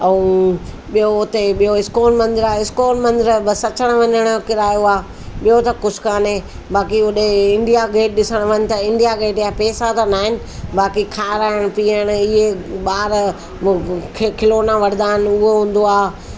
ऐं ॿियो उते ॿियो इस्कोन मंदरु आहे इस्कोन मंदर जे बसि अचणु वञण जो किरायो आहे ॿियो त कुझु कान्हे बाक़ी ओॾे इंडिया गेट ॾिसणु वञु त इंडिया गेट जा पैसा त नाहिनि बाक़ी खाराइणु पीआरणु इहे ॿार को को खिलौना वठंदा आहिनि उहो हूंदो आहे